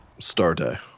Starday